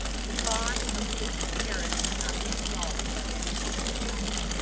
the bond of christian marriage cannot be dissolved by any human power.